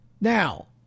Now